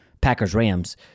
Packers-Rams